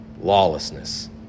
lawlessness